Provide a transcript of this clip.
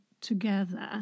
together